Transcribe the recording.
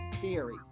theory